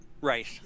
right